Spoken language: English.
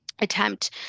Attempt